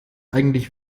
eigentlich